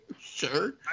sure